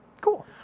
Cool